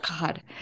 god